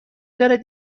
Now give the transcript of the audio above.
دارد